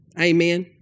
Amen